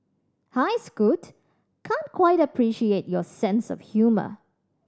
hi Scoot can't quite appreciate your sense of humour